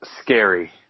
scary